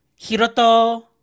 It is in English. Hiroto